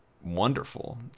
wonderful